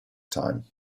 time